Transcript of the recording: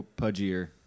pudgier